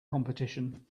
competition